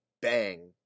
bang